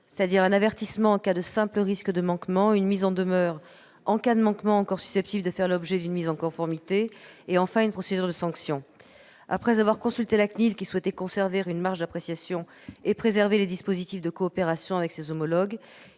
d'abord, un avertissement en cas de simple risque de manquement, puis une mise en demeure en cas de manquement encore susceptible de faire l'objet d'une mise en conformité et, enfin, une procédure de sanction. Après avoir consulté la CNIL, qui souhaitait conserver une marge d'appréciation et préserver les dispositifs de coopération avec ses homologues,